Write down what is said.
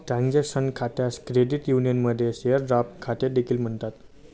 transaction खात्यास credit युनियनमध्ये share draft खाते देखील म्हणतात